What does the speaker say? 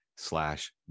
slash